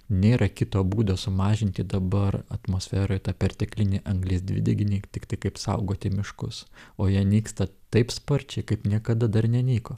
nėra kito būdo sumažinti dabar atmosferoj tą perteklinį anglies dvideginį tiktai kaip saugoti miškus o jie nyksta taip sparčiai kaip niekada dar nenyko